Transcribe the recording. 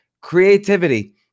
Creativity